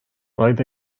roedd